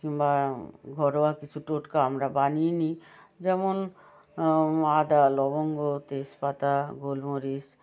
কিংবা ঘরোয়া কিছু টোটকা আমরা বানিয়ে নিই যেমন আদা লবঙ্গ তেজপাতা গোলমরিচ